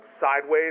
sideways